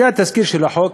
זה תזכיר החוק,